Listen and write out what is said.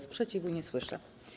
Sprzeciwu nie słyszę.